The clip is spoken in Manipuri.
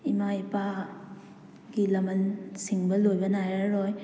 ꯏꯃꯥ ꯏꯄꯥ ꯒꯤ ꯂꯃꯟ ꯁꯤꯡꯕ ꯂꯣꯏꯕ ꯅꯥꯏꯔꯔꯣꯏ